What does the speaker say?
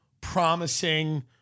promising